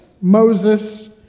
Moses